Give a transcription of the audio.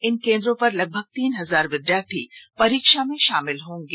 इन केंद्रों पर लगभग तीन हजार विद्यार्थी परीक्षा में शामिल होंगे